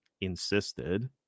insisted